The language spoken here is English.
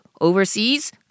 overseas